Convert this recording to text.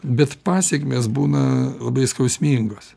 bet pasekmės būna labai skausmingos